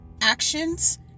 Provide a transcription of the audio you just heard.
actions